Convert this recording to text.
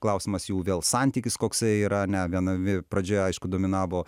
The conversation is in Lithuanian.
klausimas jų vėl santykis koksai yra ne vienam e pradžioj aišku dominavo